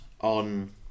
on